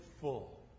full